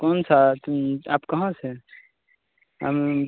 कौन सा तुम आप कहाँ से हम